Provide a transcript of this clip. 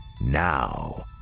Now